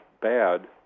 bad